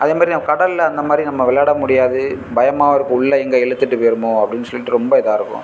அதே மாதிரி நம்ம கடலில் அந்த மாதிரி நம்ம விளையாட முடியாது பயமாக இருக்கும் உள்ளே எங்கே இழுத்துட்டு போயிடுமோ அப்படின்னு சொல்லிவிட்டு ரொம்ப இதாக இருக்கும்